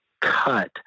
cut